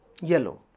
yellow